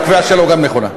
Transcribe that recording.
הקביעה שלו גם נכונה,